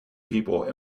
people